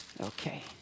Okay